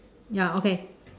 ya okay